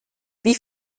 wie